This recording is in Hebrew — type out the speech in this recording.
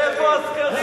איפה הסקרים?